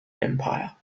empire